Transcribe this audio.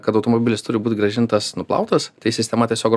kad automobilis turi būt grąžintas nuplautas tai sistema tiesiog